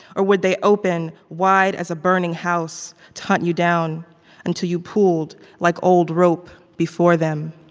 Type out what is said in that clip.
or would they open wide as a burning house to hunt you down until you pooled like old rope before them?